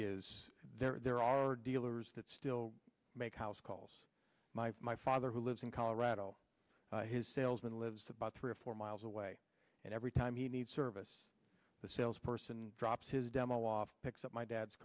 is there are dealers that still make house calls my father who lives in colorado his salesman lives about three or four miles away and every time he needs service the sales person drops his demo off picks up my dad's